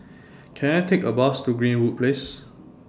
Can I Take A Bus to Greenwood Place